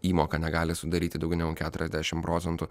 įmoka negali sudaryti daugiau negu keturiasdešimt procentų